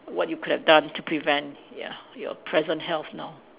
what you could have done to prevent ya your present health now